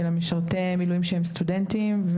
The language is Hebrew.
הרשימות של משרתי מילואים שהם סטודנטים,